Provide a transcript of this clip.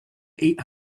eight